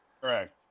Correct